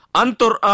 antor